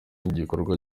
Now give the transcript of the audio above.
igikorwa